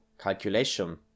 Calculation